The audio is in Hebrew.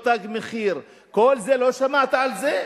פעולות "תג מחיר" כל זה, לא שמעת על זה?